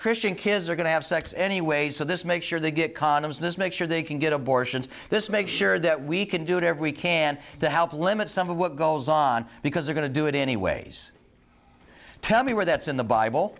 christian kids are going to have sex anyway so this make sure they get condoms this make sure they can get abortions this make sure that we can do it every can to help limit some of what goes on because we're going to do it anyways tell me where that's in the bible